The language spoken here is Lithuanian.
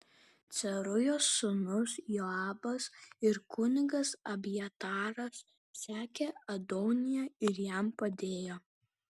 cerujos sūnus joabas ir kunigas abjataras sekė adoniją ir jam padėjo